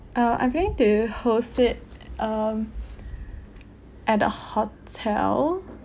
uh I'm going to host it um at the hotel